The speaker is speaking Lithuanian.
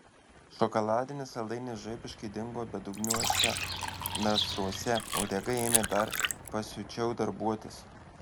šokoladinis saldainis žaibiškai dingo bedugniuose nasruose uodega ėmė dar pasiučiau darbuotis